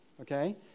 okay